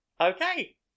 Okay